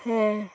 ᱦᱮᱸ